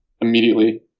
immediately